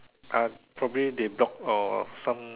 uh probably they block or some